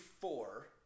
four